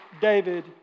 David